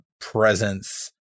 presence